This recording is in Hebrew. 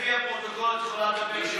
לפי הפרוטוקול את יכולה לדבר שעה.